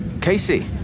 Casey